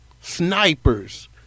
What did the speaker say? snipers